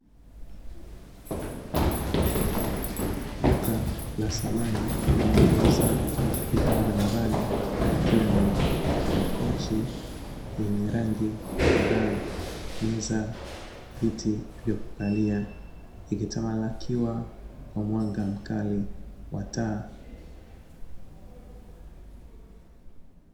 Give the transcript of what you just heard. Duka la thamani linalouza bidhaa mbalimbali ikiwemo makochi, yenye rangi kadhaa meza viti vya kukalia ikitamalakiwa kwa mwanga mkali wataa.